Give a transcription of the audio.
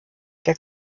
der